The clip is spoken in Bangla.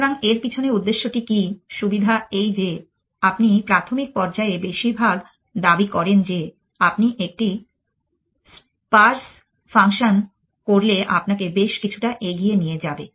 সুতরাং এর পিছনে উদ্দেশ্যটি কি সুবিধা এই যে আপনি প্রাথমিক পর্যায়ে বেশিরভাগ দাবি করেন যে আপনি একটি স্পার্স ফাংশন করলে আপনাকে বেশ কিছুটা এগিয়ে নিয়ে যাবে